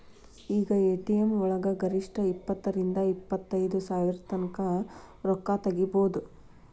ಈಗ ಎ.ಟಿ.ಎಂ ವಳಗ ಗರಿಷ್ಠ ಇಪ್ಪತ್ತರಿಂದಾ ಇಪ್ಪತೈದ್ ಸಾವ್ರತಂಕಾ ರೊಕ್ಕಾ ತಗ್ಸ್ಕೊಬೊದು